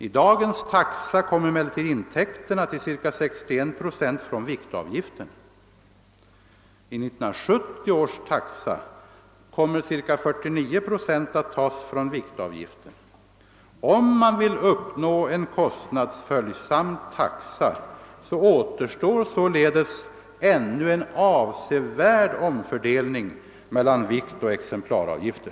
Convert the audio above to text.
I dagens taxa kommer emellertid intäkterna till 61 procent på viktavgiften. I 1970 års taxa kommer ca 49 procent av intäkterna att tas från viktavgiften. Om man vill uppnå en kostnadsföljsam taxa, återstår således ännu en avsevärd omfördelning mellan viktoch exemplaravgiften.